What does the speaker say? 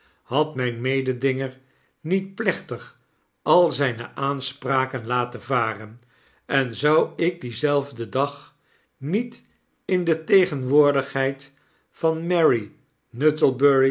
had myn mededinger niet plechtig al zijne aanspraken laten varen en zou ik dienzelfden dag niet in de tegenwoordigheid van mary